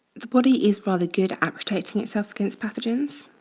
the body is rather good at protecting itself against pathogens.